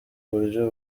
buryo